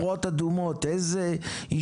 איפה נדלקות נורות אדומות?